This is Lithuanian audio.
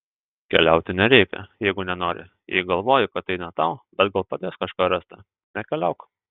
keliauti nereikia jeigu nenori jei galvoji kad tai ne tau bet gal padės kažką rasti nekeliauk